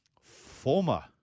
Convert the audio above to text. former